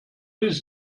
his